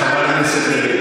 חברת הכנסת,